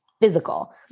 physical